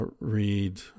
read